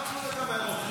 סגול.